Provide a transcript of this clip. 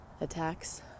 attacks